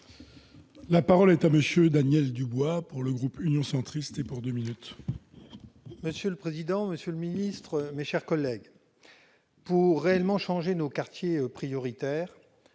La parole est à M. Daniel Dubois, pour le groupe Union Centriste. Monsieur le président, monsieur le ministre, mes chers collègues, pour réellement changer nos quartiers prioritaires,